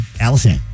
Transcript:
Allison